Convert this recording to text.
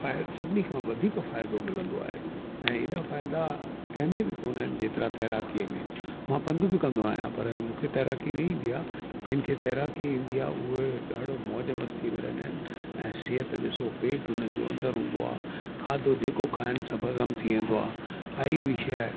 अ फाइ सभिनी खां वधीक फ़ाइदो मिलंदो आहे ऐं एॾा फ़ाइदा कंहिं में बि कोन्हनि जेतिरा तैराकीअ में आहिनि मां पंधु बि कंदो आहियां पर मूंखे तैराकी न इंदी आहे जिनखे तैराकी इंदी आहे उहे ॾाढो मौज़ मस्तीअ में रहंदा आहिनि ऐं सिहतु ॾिसो पेट उननि जो अंदरि हूंदो आहे खाधो जेको खाइन सभु हजम थी वेंदो आहे काई बि शइ